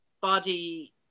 body